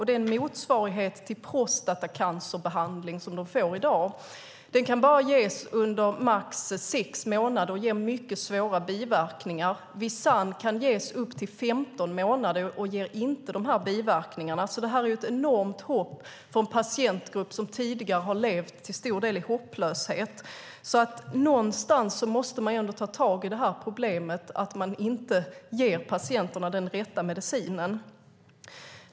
Den motsvarighet till prostatacancerbehandling som de får i dag kan bara ges under max sex månader och ger mycket svåra biverkningar. Visanne kan ges i upp till 15 månader och ger inte de här biverkningarna. Det här är alltså ett enormt hopp för en patientgrupp som tidigare till stor del har levt i hopplöshet. Någonstans måste man ändå ta tag i det här problemet, att man inte ger patienterna den rätta medicinen.